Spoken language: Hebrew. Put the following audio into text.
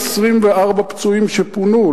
224 פצועים שפונו.